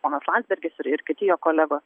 ponas landsbergis ir ir kiti jo kolegos